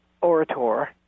orator